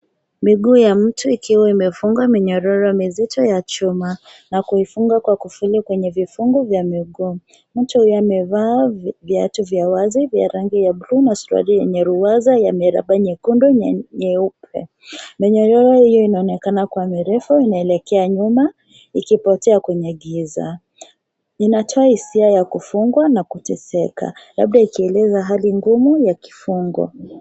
Miguu ya mtu ikiwa imefungwa minyororo mizito ya chuma na kuifunga kwa kufuri kwenye vifungu vya miguu. Mtu huyu amevaa viatu vya wazi vya rangi ya bluu na suruali yenye ruwaza ya miraba nyekundu na nyeupe. Minyororo hiyo inaonekana kuwa mirefu, inaelekea nyuma ikipotea kwenye giza. Inatoa hisia ya kufungwa na kuteseka, labda ikieleza hali ngumu ya kifungo.